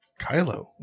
Kylo